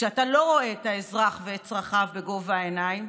כשאתה לא רואה את האזרח ואת צרכיו בגובה העיניים,